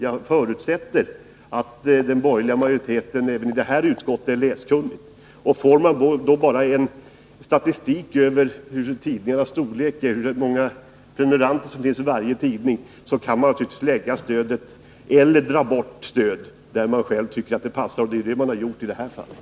Jag förutsätter att den borgerliga majoriteten även i detta utskott är läskunnig och att den är på det klara med att om man nu bara får en statistik över hur många prenumeranter varje tidning har, så kan man naturligtvis lägga eller dra bort stöd där man själv tycker att det passar. Det är vad man har gjort i det här fallet.